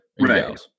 Right